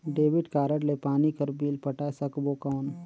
Debit card ले पानी कर बिल पटाय सकबो कौन?